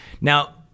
Now